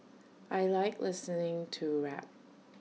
I Like listening to rap